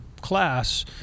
class